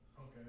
Okay